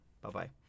Bye-bye